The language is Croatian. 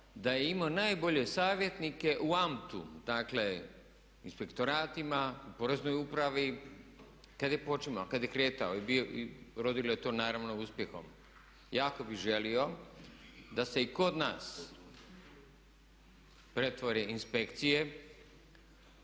da je imao najbolje savjetnike u …/Govornik se ne razumije./… u inspektoratima, u poreznoj upravi kad je počimao, kad je kretao i rodilo je to naravno uspjehom. Jako bih želio da se i kod nas pretvore inspekcije,